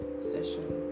Session